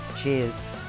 Cheers